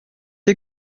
est